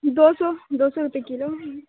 دو سو دو سو روپیے کلو